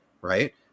right